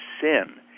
sin